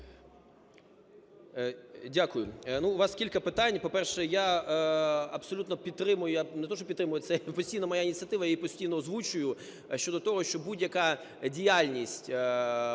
Дякую. Ну, у вас кілька питань. По-перше, я абсолютно підтримую, не то що підтримую, це і постійна моя ініціатива, я її постійно озвучую щодо того, що будь-яка діяльність відповідна